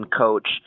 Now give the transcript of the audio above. coach